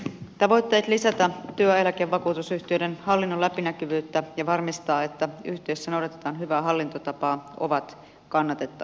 tavoitteet lisätä työeläkevakuutusyhtiöiden hallinnon läpinäkyvyyttä ja varmistaa että yhtiössä noudatetaan hyvää hallintotapaa ovat kannatettavia